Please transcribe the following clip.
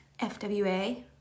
FWA